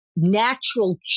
natural